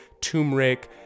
turmeric